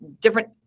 different